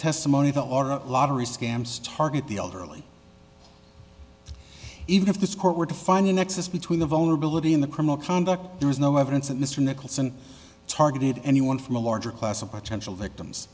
testimony the order of lottery scams target the elderly even if this court were to find a nexus between the vulnerability in the criminal conduct there is no evidence that mr nicholson targeted anyone from a larger class of potential victims